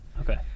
okay